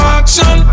action